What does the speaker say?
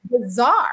bizarre